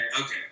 okay